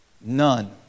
None